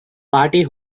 party